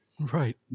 Right